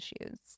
issues